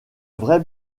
vraie